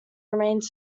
remains